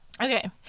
Okay